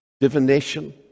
divination